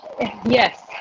Yes